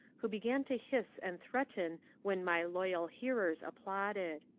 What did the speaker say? who began to hiss and threaten when my loyal hearers applauded.